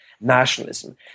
nationalism